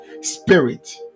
spirit